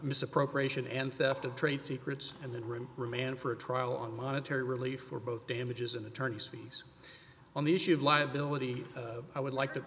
misappropriation and theft of trade secrets and then room remand for a trial on monetary relief for both damages and attorneys fees on the issue of liability i would like to